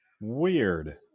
weird